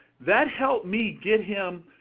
that helped me get him,